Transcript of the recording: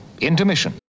Intermission